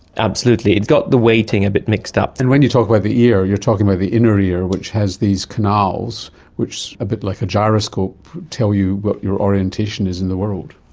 absolutely, it got the weighting a bit mixed up. and when you talk about the ear, you're talking about the inner ear which has these canals which, a bit like a gyroscope, tell you what your orientation is in the world.